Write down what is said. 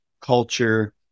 culture